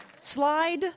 Slide